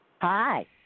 Hi